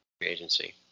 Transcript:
agency